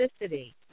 toxicity